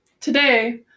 Today